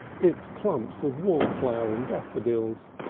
its clumps of wallflower and daffodils,